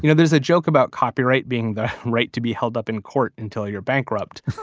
you know there's a joke about copyright being the right to be held up in court until you're bankrupt.